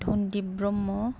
Dhanadwip Brahma